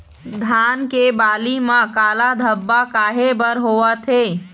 धान के बाली म काला धब्बा काहे बर होवथे?